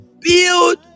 build